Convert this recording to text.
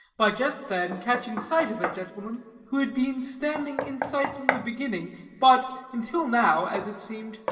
by just then catching sight of a gentleman who had been standing in sight from the beginning, but, until now, as it seemed,